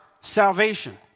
salvation